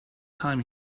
time